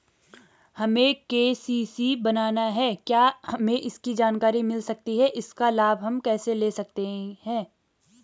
हमें के.सी.सी बनाना है क्या हमें इसकी जानकारी मिल सकती है इसका लाभ हम कैसे ले सकते हैं?